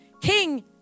king